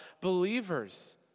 believers